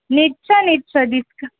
নিশ্চয় নিশ্চয় ডিছকাউণ্ট